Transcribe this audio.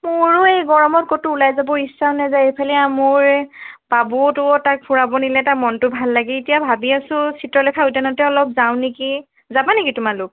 মোৰো এই গৰমত ক'তো ওলাই যাব ইচ্ছা নেযায় এইফালে মোৰ বাবুটোও তাক ফুৰাব নিলে তাৰ মনটো ভাল লাগে এতিয়া ভাবি আছোঁ চিত্ৰলেখা উদ্যানতে অলপ যাওঁ নেকি যাবা নেকি তোমালোক